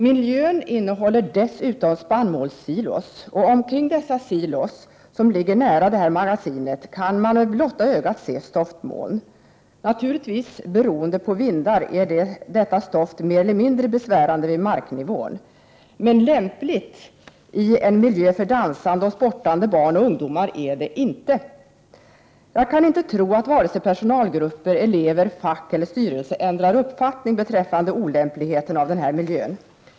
Där finns dessutom spannmålssilor, och omkring dessa, som ligger nära magasinet, kan man med blotta ögat se stoftmoln. Naturligtvis beroende på vindar är detta stoft mer eller mindre besvärande vid marknivån, men lämpligt i en miljö för dansande och sportande barn och ungdomar är det inte. Jag kan inte tro att vare sig personalgrupper, elever, fack eller styrelse ändrar uppfattning beträffande olämpligheten av den här miljön.